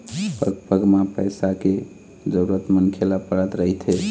पग पग म पइसा के जरुरत मनखे ल पड़त रहिथे